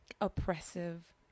oppressive